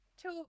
two